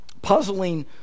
puzzling